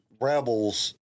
Rebels